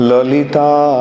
Lalita